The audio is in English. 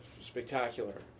spectacular